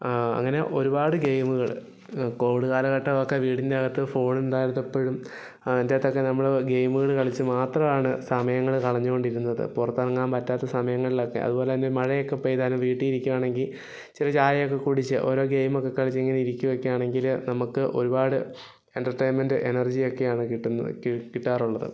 അങ്ങനെ ഒരുപാട് ഗെയിമുകൾ കോവിഡ് കാലഘട്ടവൊക്കെ വീടിനകത്ത് ഫോണുണ്ടായിരുന്നപ്പഴും അതിൻറ്റകത്തൊക്കെ നമ്മള് ഗെയിം കളിച്ചു മാത്രമാണ് സമയങ്ങള് കളഞ്ഞുകൊണ്ടിരുന്നത് പുറത്തിറങ്ങാൻ പറ്റാത്ത സമയങ്ങളിലൊക്കെ അതുപോലെ തന്നെ മഴയൊക്കെ പെയ്താലും വീട്ടിൽ ഇരിക്കുവാണെങ്കിൽ ഇച്ചിരി ചായയൊക്കെ കുടിച്ച് ഓരോ ഗെയിമൊക്കെ കളിച്ച് ഇങ്ങനെ ഇരിക്കുകയൊക്കെ ആണെങ്കിൽ നമുക്ക് ഒരുപാട് എൻറ്റർടൈൻമെൻറ്റ് എനർജിയൊക്കെയാണ് കിട്ടുന്നത് കിട്ടാറുള്ളത്